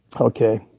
Okay